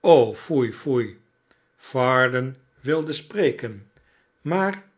o foei foei varden wilde spreken maar